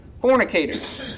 fornicators